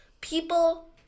people